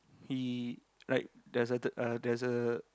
he like deserted a there's a